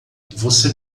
você